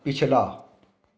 ਪਿਛਲਾ